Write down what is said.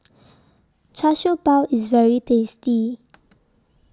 Char Siew Bao IS very tasty